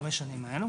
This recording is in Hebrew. חמש שנים האלה.